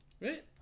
Right